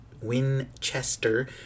Winchester